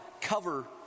cover